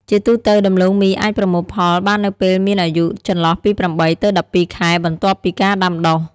ជាទូទៅ ដំឡូងមីអាចប្រមូលផលបាននៅពេលមានអាយុចន្លោះពី ៨ ទៅ ១២ ខែ បន្ទាប់ពីការដាំដុះ។